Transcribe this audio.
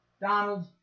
Donald